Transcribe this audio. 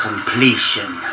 Completion